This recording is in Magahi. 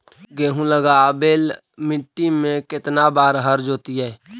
गेहूं लगावेल मट्टी में केतना बार हर जोतिइयै?